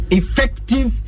effective